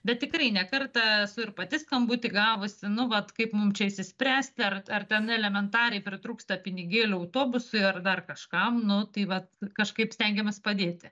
bet tikrai ne kartą esu ir pati skambutį gavusi nu vat kaip mum čia išsispręsti ar ar ten elementariai pritrūksta pinigėlių autobusui ar dar kažkam nu tai vat kažkaip stengiamės padėti